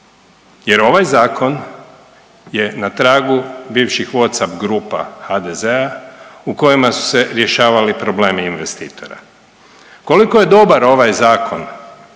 jer ovaj zakon je na tragu bivših What up grupa HDZ-a u kojima su se rješavali problemi investitora. Koliko je dobar ovaj zakon